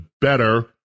better